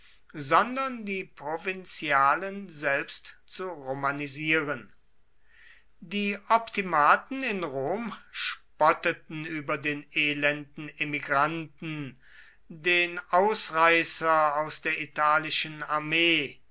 sondern die provinzialen selbst zu romanisieren die optimaten in rom spotteten über den elenden emigranten den ausreißer aus der italischen armee